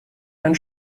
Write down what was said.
einen